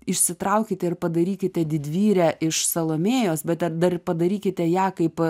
išsitraukite ir padarykite didvyrę iš salomėjos bet dar dar ir padarykite ją kaip